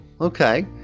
Okay